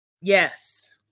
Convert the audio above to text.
Yes